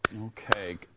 Okay